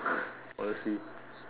honestly